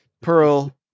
pearl